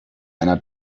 einer